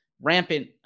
rampant